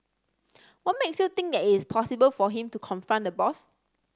what makes you think that it is possible for him to confront the boss